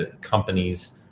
companies